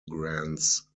grants